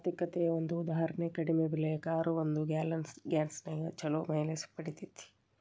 ಆರ್ಥಿಕತೆಯ ಒಂದ ಉದಾಹರಣಿ ಕಡಿಮೆ ಬೆಲೆಯ ಕಾರು ಒಂದು ಗ್ಯಾಲನ್ ಗ್ಯಾಸ್ನ್ಯಾಗ್ ಛಲೋ ಮೈಲೇಜ್ ಪಡಿತೇತಿ